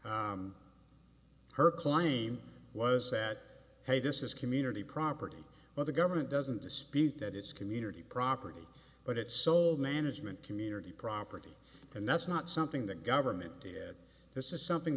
happened her claim was that hey this is community property where the government doesn't dispute that it's community property but it sold management community property and that's not something the government did this is something